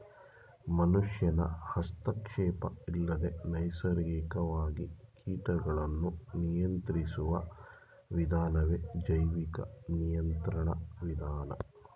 ಮನುಷ್ಯನ ಹಸ್ತಕ್ಷೇಪ ಇಲ್ಲದೆ ನೈಸರ್ಗಿಕವಾಗಿ ಕೀಟಗಳನ್ನು ನಿಯಂತ್ರಿಸುವ ವಿಧಾನವೇ ಜೈವಿಕ ನಿಯಂತ್ರಣ ವಿಧಾನ